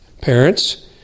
Parents